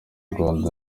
rwanda